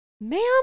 ma'am